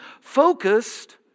focused